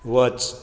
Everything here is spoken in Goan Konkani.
वच